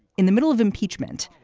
in the middle of impeachment,